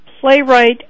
playwright